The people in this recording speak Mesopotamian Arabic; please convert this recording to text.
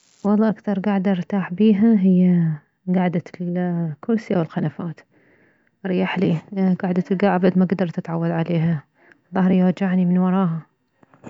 والله اكثر كعدة ارتاح بيها هي كعدة الكرسي او القنفات اريحيلي لان كعدة الكاع ابد ما كدرت اتعود عليها ظهري يوجعني من وراها